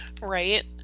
Right